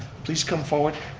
please come forward.